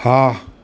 હા